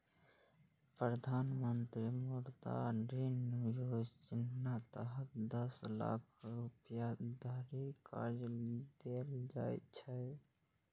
प्रधानमंत्री मुद्रा ऋण योजनाक तहत दस लाख रुपैया धरि कर्ज देल जाइ छै